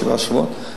שבעה שבועות,